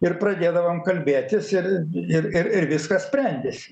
ir pradėdavom kalbėtis ir ir ir ir viskas sprendėsi